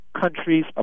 Countries